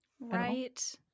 right